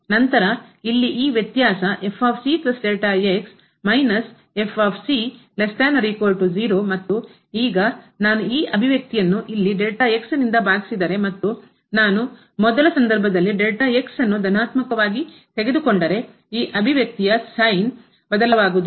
ನಂತರ ಇಲ್ಲಿ ಈ ವ್ಯತ್ಯಾಸ ಮತ್ತು ಈಗ ನಾನು ಈ ಅಭಿವ್ಯಕ್ತಿಯನ್ನು ಇಲ್ಲಿ ನಿಂದ ಮತ್ತು ನಾನು ಮೊದಲ ಸಂದರ್ಭದಲ್ಲಿ ಅನ್ನು ಧನಾತ್ಮಕವಾಗಿ ತೆಗೆದುಕೊಂಡರೆ ಈ ಅಭಿವ್ಯಕ್ತಿಯ sign ಚಿಹ್ನೆ ಬದಲಾಗುವುದಿಲ್ಲ